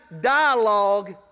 dialogue